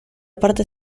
parte